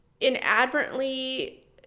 inadvertently